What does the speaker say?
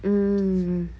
mm